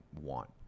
want